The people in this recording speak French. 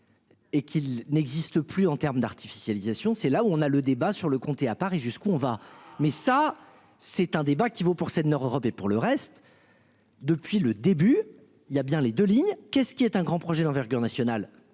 Et qu'il n'existe plus en termes d'artificialisation c'est là où on a le débat sur le compte à Paris, jusqu'où on va. Mais ça c'est un débat qui vaut pour Seine Nord Europe et pour le reste. Depuis le début il y a bien les deux lignes, qu'est ce qui est un grand projet d'envergure nationale.